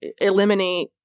eliminate